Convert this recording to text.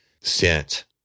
sent